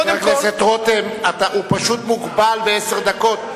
חבר הכנסת רותם, הוא פשוט מוגבל לעשר דקות.